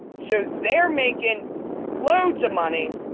so they're making loads of money.